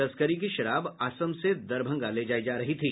तस्करी की शराब असम से दरभंगा ले जाई जा रही थी